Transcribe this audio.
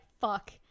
Fuck